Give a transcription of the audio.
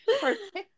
Perfect